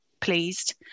pleased